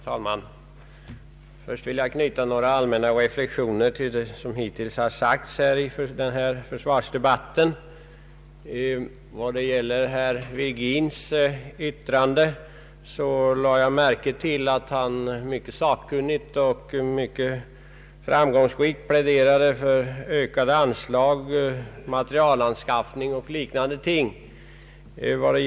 Herr talman! Först vill jag knyta några allmänna reflexioner till vad som hittills har sagts i den här försvarsdebatten. Herr Virgin har mycket sakkunnigt och mycket framgångsrikt pläderat för ökade anslag till materielanskaffning och liknande ting.